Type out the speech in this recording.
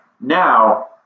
now